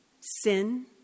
Sin